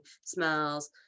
smells